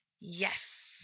Yes